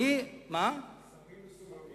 שרים מסוממים?